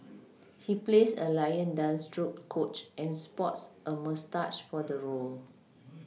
he plays a Lion dance troupe coach and sports a moustache for the role